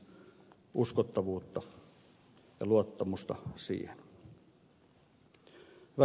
hyvät kansanedustajat